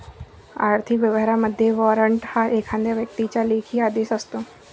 आर्थिक व्यवहारांमध्ये, वॉरंट हा एखाद्या व्यक्तीचा लेखी आदेश असतो